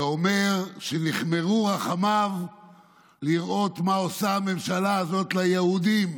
ואומר שנכמרו רחמיו לראות מה עושה הממשלה הזאת ליהודים